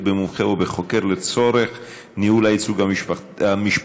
במומחה או בחוקר לצורך ניהול הייצוג המשפטי),